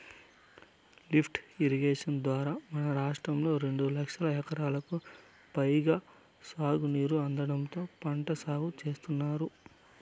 lift irrigation ద్వారా మన రాష్ట్రంలో రెండు లక్షల ఎకరాలకు పైగా సాగునీరు అందడంతో పంట సాగు చేత్తున్నారు